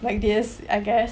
like this I guess